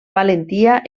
valentia